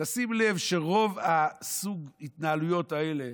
שים לב שרוב התנהלויות האלה,